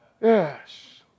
Yes